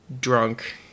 drunk